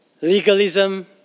Legalism